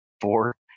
four